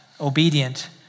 obedient